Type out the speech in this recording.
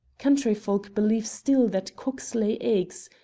country folk believe still that cocks lay eggs.